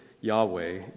Yahweh